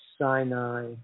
Sinai